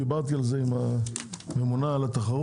דיברתי על זה עם הממונה על התחרות